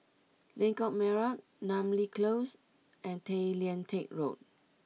Lengkok Merak Namly Close and Tay Lian Teck Road